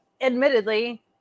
admittedly